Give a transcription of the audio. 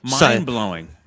mind-blowing